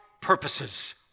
purposes